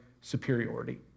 superiority